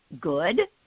good